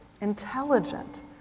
intelligent